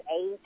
eight